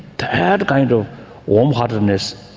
to add a kind of warm-heartedness.